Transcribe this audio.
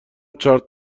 چارت